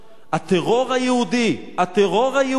הטרור היהודי, הטרור היהודי,